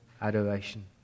adoration